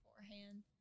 beforehand